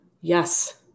Yes